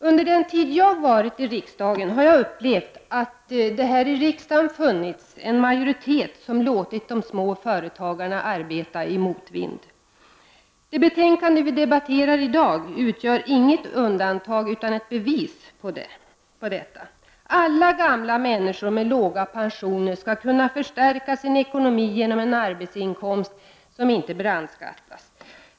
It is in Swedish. Under den tid jag har varit i riksdagen har jag upplevt att det här i riksdagen funnits en majoritet som låtit de små företagarna arbeta i motvind. Det betänkande vi debatterar i dag utgör inget undantag, utan ett bevis på detta. Alla gamla människor med låga pensioner skall kunna förstärka sin ekonomi genom en arbetsinkomst, som inte brandskattas.